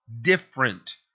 different